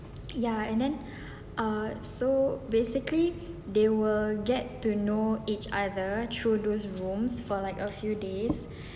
ya and then err so basically they will get to know each other through those rooms for like a few days